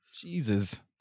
Jesus